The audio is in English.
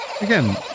Again